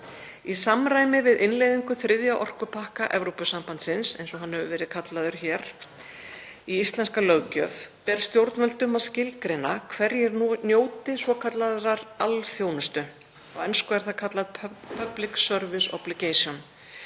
Í samræmi við innleiðingu þriðja orkupakka Evrópusambandsins, eins og hann hefur verið kallaður hér, í íslenska löggjöf ber stjórnvöldum að skilgreina hverjir njóti svokallaðrar alþjónustu (e. public service obligation)